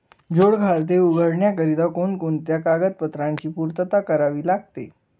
जोड खाते उघडण्याकरिता कोणकोणत्या कागदपत्रांची पूर्तता करावी लागते?